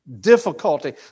difficulty